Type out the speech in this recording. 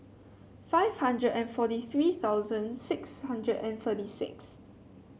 five hundred and forty three thousand six hundred and thirty six